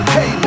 Hey